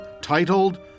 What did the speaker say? titled